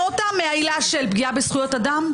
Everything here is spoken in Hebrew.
אותה מהעילה של פגיעה בזכויות אדם,